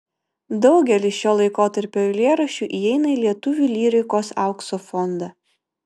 daugelis šio laikotarpio eilėraščių įeina į lietuvių lyrikos aukso fondą